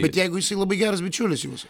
bet jeigu jisai labai geras bičiulis jūsų